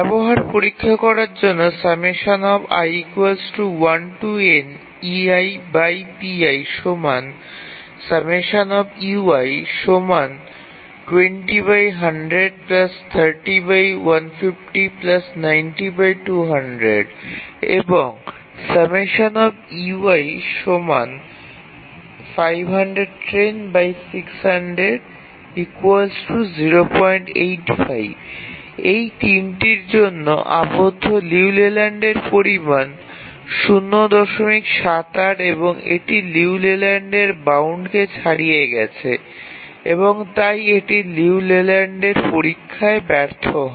ব্যবহার পরীক্ষা করার জন্য এবং এবং ৩ টির জন্য আবদ্ধ লিউ লেল্যান্ডের পরিমাণ ০৭৮ এবং এটি লিউ লেল্যান্ডের বাউন্ডকে ছাড়িয়ে গেছে এবং তাই এটি লিউ লেল্যান্ডের পরীক্ষায় ব্যর্থ হয়